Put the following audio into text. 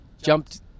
Jumped